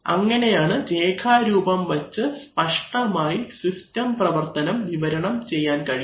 അങ്ങനെയാണ് രേഖാ രൂപം വെച്ച് സ്പഷ്ടമായി സിസ്റ്റം പ്രവർത്തനം വിവരണം ചെയ്യാൻ കഴിയുന്നത്